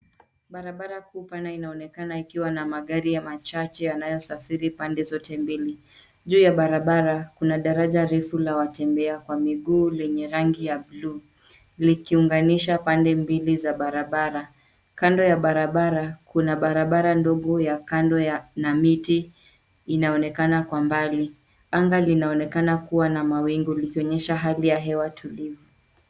Barabara kuu pana inaonekana ikiwa na magari machache yanayosafiri pande zote mbili juu ya barabara kuna daraja refu la watembea kwa miguu lenye rangi ya buluu likiunganisha pande mbili za barabara. Kando ya barabara, kuna barabara ndogo ya kando na miti inaonekana kwa mbali. Anga linaonekana kuwa na mawingu likionyesha hali ya hewa tulivu.